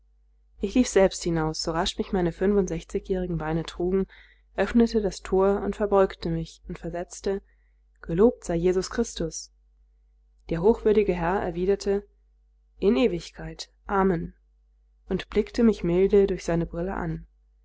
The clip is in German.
ich lief selbst hinaus so rasch mich meine fünfundsechzigjährigen beine trugen öffnete das tor und verbeugte mich und versetzte gelobt sei jesus christus der hochwürdige herr erwiderte in ewigkeit amen und blickte mich milde durch seine brille an